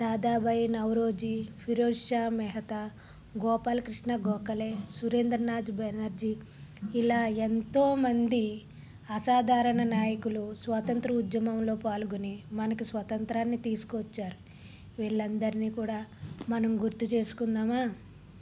Dadabhai Naoroji Pherozeshah Mehta Gopal Krishna Gokhale Surendranath Banerjee ఇలా ఎంతోమంది అసాధరణ నాయకులు స్వాతంత్ర ఉద్యమంలో పాల్గొని మనకి స్వాతంత్రాన్ని తీసుకొచ్చారు వీళ్ళందరిని కూడ మనం గుర్తుచేసుకుందామా